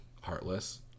heartless